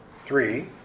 Three